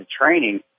training